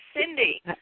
Cindy